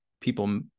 people